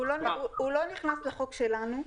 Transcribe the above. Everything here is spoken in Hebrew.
הוא לא נכנס לחוק שלנו.